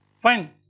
fine.